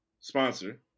sponsor